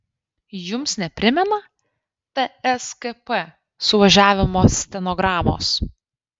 jums neprimena tskp suvažiavimo stenogramos